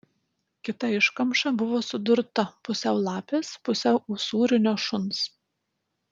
kita iškamša buvo sudurta pusiau lapės pusiau usūrinio šuns